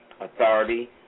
authority